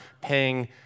paying